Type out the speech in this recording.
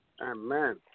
Amen